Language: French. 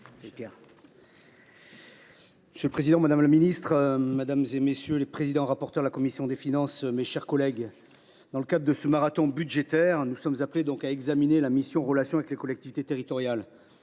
Monsieur le président, madame la ministre, monsieur le président de la commission des finances, mes chers collègues, dans le cadre de ce marathon budgétaire, nous sommes appelés à examiner la mission « Relations avec les collectivités territoriales